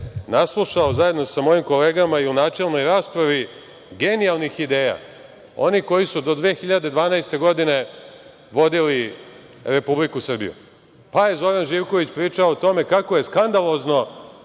sam se zajedno sa mojim kolegama i u načelnoj raspravi genijalnih ideja onih koji su do 2012. godine vodili Republiku Srbiju. Zoran Živković je pričao o tome kako je skandalozno